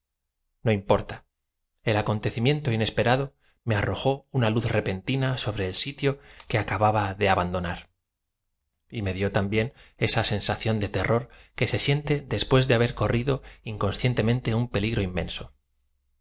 porta el acontecimiento inesperado me arrojó una luz repentina sobre el sitio que acababa de abandonar me dó también eaa sensación de terror que se siente después de haber corrido inconscientemente un peligro inmenso